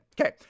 Okay